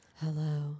Hello